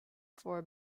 for